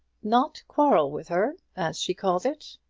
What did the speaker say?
not quarrel with her as she calls it!